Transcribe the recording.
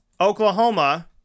Oklahoma